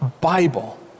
Bible